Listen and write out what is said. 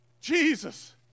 Jesus